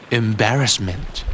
embarrassment